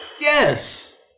Yes